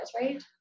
right